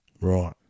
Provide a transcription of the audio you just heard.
Right